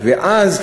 ואז,